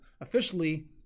officially